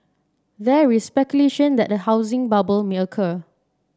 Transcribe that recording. there is speculation that a housing bubble may occur